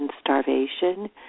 starvation